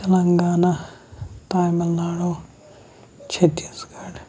Telangana Tamil Nadu چھٔتیٖس Garh